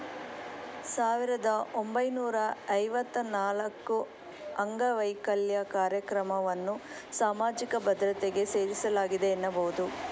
ಸಾವಿರದ ಒಂಬೈನೂರ ಐವತ್ತ ನಾಲ್ಕುಅಂಗವೈಕಲ್ಯ ಕಾರ್ಯಕ್ರಮವನ್ನ ಸಾಮಾಜಿಕ ಭದ್ರತೆಗೆ ಸೇರಿಸಲಾಗಿದೆ ಎನ್ನಬಹುದು